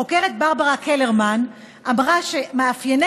החוקרת ברברה קלרמן אמרה שמאפייני